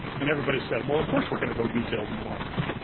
and everybody said well of course we're gonna go rebuild new orleans.